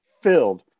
filled